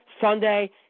Sunday